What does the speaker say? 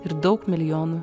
ir daug milijonų